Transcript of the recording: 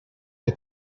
que